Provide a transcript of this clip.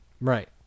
Right